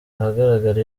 ahagaragara